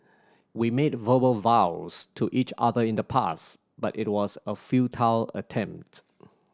we made verbal vows to each other in the past but it was a futile attempt